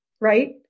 right